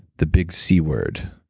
the big c word,